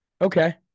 Okay